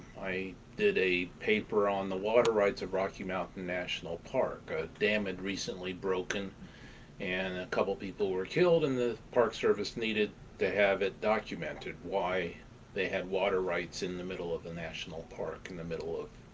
i did a paper on the water rights of rocky mountain national park. a dam and recently broken and a couple people were killed, and the park service needed to have it documented why they had water rights in the middle of the national park, in the middle of